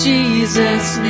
Jesus